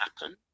happen